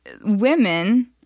women